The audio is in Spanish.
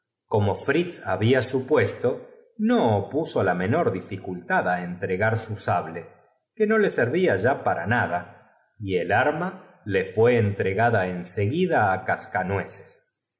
como fritz había supuesto no opuso atrevió á amenazaros ese miserable rey la menor dificultad á entregar su sable de los ratones está ahí bañado en su sanque no le servía ya para nada y el arm a gre servíos señora no desdeñar los trole fué entregada en seguida á